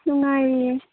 ꯅꯨꯡꯉꯥꯏꯔꯤꯌꯦ